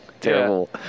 terrible